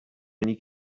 many